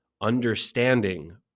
Understanding